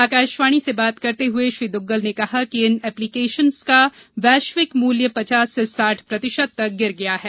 आकाशवाणी से बात करते हुए श्री दुग्गल ने कहा कि इन ऐप्लिकेशन का वैश्विक मूल्य पचास से साठ प्रतिशत तक गिर गया है